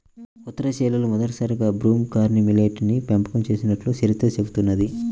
ఉత్తర చైనాలో మొదటిసారిగా broom corn millet ని పెంపకం చేసినట్లు చరిత్ర చెబుతున్నది